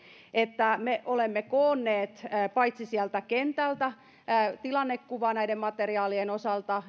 että me olemme paitsi koonneet sieltä kentältä tilannekuvaa näiden materiaalien osalta